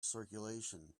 circulation